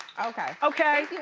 okay. okay?